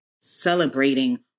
celebrating